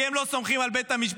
כי הם לא סומכים על בית המשפט,